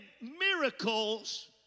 miracles